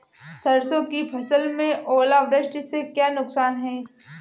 सरसों की फसल में ओलावृष्टि से क्या नुकसान है?